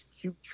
cute